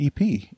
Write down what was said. EP